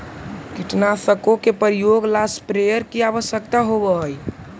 कीटनाशकों के प्रयोग ला स्प्रेयर की आवश्यकता होव हई